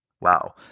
Wow